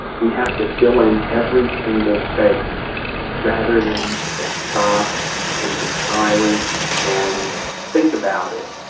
we have to fill in every single space rather than than stop and be silent and think about it.